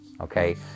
Okay